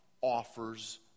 offers